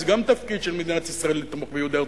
זה גם תפקיד של מדינת ישראל לתמוך ביהודי ארצות-הברית,